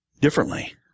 differently